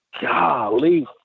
golly